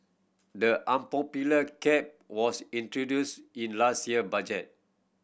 the unpopular cap was introduced in last year budget